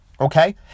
Okay